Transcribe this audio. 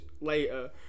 later